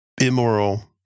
immoral